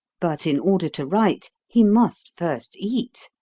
but in order to write, he must first eat.